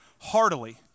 heartily